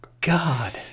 God